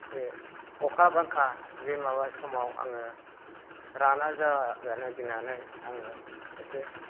बे अखा बांखा बे माबा समाव आङो राना जानो गिनानै आङो एसे